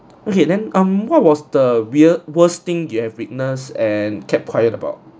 okay then um what was the weird worst thing you have witness and kept quiet about